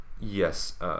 Yes